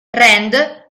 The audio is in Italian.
rand